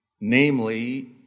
namely